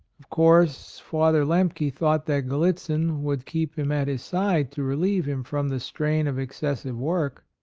of course father lemke thought that gallitzin would keep him at his side to relieve him from the strain of excessive work.